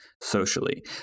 socially